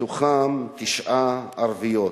מהן תשע ערביות,